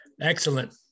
Excellent